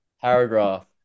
Paragraph